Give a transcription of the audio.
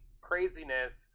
craziness